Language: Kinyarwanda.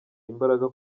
imbaraga